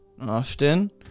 often